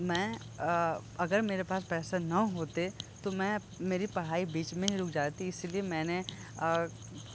मैं अगर मेरे पास पैसे ना होते तो मैं मेरी पढ़ाई बीच में ही रुक जाती इसीलिए मैंने